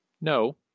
no